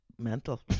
mental